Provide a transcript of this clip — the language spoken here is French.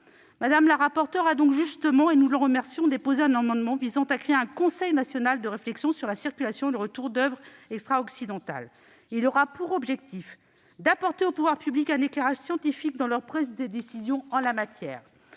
Madame la rapporteure a donc justement, et nous l'en remercions, présenté à la commission un amendement visant à créer un Conseil national de réflexion sur la circulation et le retour d'oeuvres d'art extra-occidentales. Il aura pour objectif d'apporter aux pouvoirs publics un éclairage scientifique dans leur prise de décision en la matière